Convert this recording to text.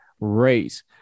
race